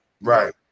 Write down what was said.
Right